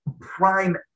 prime